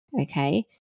Okay